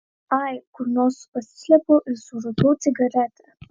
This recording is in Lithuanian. ai kur nors pasislepiu ir surūkau cigaretę